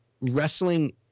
wrestling